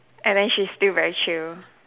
and then she still very chill